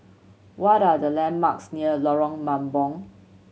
what are the landmarks near Lorong Mambong